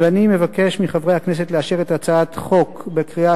ואני מבקש מחברי הכנסת לאשר את הצעת החוק בקריאה